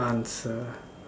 answer